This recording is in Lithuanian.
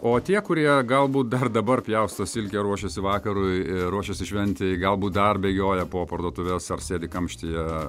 o tie kurie galbūt dar dabar pjausto silkę ruošiasi vakarui ir ruošiasi šventei galbūt dar bėgioja po parduotuves ar sėdi kamštyje